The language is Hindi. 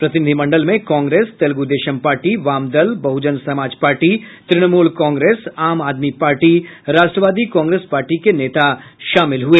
प्रतिनिधिमण्डल में कांग्रेस तेलगूदेशम पार्टी वामदल Bahujan Samaj party Trinamool Congress Aam Aadmi party Rashtravadi Congress party के नेता शामिल हुए